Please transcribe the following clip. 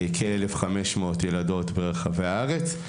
כ-1,500 ילדות ברחבי הארץ.